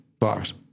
bars